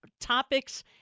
topics